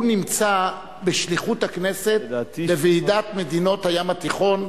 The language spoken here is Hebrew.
הוא נמצא בשליחות הכנסת בוועידת מדינת הים התיכון,